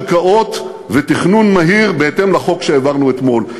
יחד עם שחרור קרקעות ותכנון מהיר בהתאם לחוק שהעברנו אתמול.